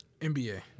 NBA